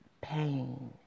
pain